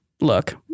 Look